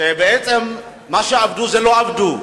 שבעצם מה שעבדו זה לא עבדו.